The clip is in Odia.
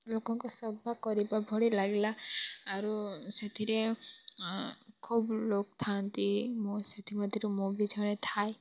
ଲୋକଙ୍କ ସେବା କରିବା ଭଳି ଲାଗିଲା ଆରୁ ସେଥିରେ ଖୁବ୍ ଲୋକ ଥାଆନ୍ତି ମୁଁ ସେଥି ମଧ୍ୟରୁ ମୁଁ ବି ଜଣେ ଥାଏ